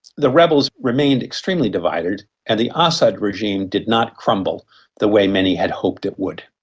the rebels remained extremely divided, and the assad regime did not crumble the way many had hoped it would.